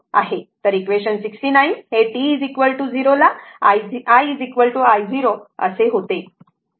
तर इक्वेशन 69 हे t 0 ला i I0 असे होते